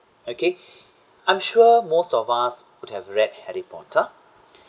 okay I'm sure most of us would have read harry potter